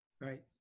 Right